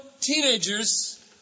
teenagers